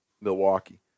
Milwaukee